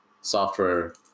software